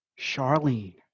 charlene